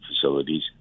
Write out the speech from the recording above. facilities